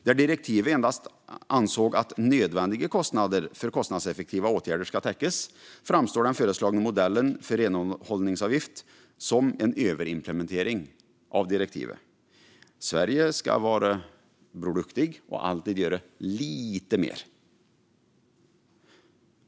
Där man i direktivet endast ansåg att nödvändiga kostnader för kostnadseffektiva åtgärder ska täckas framstår den föreslagna modellen för renhållningsavgift som en överimplementering av direktivet. Sverige ska vara Bror Duktig och alltid göra lite mer.